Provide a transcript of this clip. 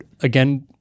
again